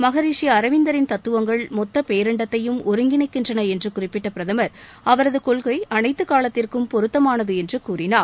மகரிஷி அரவிந்தரின் தத்துவங்கள் மொத்த பேரண்டத்தையும் ஒருங்கிணைக்கின்றன என்று குறிப்பிட்ட பிரதமர் அவரது கொள்கை அனைத்து காலத்திற்கும் பொருத்தமானது என்று கூறினார்